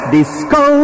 Disco